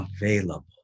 available